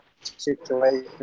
situation